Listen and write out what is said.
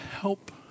help